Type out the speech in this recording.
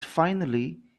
finally